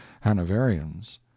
Hanoverians